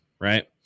right